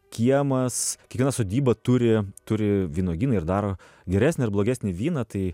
kiemas kiekviena sodyba turi turi vynuogyną ir daro geresnį ar blogesnį vyną tai